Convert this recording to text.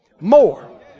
more